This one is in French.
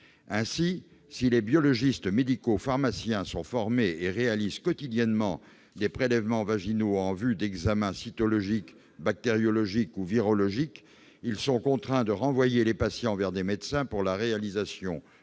Ainsi, si les biologistes médicaux pharmaciens sont formés et réalisent quotidiennement des prélèvements vaginaux en vue d'examens cytologiques, bactériologiques ou virologiques, ils sont contraints de renvoyer les patientes vers des médecins pour la réalisation